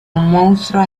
monstruo